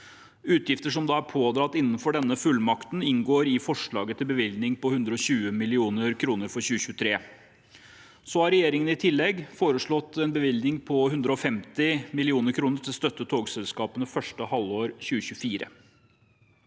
Utgifter som er pådratt innenfor denne fullmakten, inngår i forslaget til bevilgning på 120 mill. kr for 2023. Regjeringen har i tillegg foreslått en bevilgning på 150 mill. kr til å støtte togselskapene første halvår 2024.